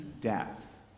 death